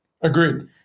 Agreed